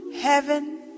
Heaven